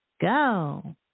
go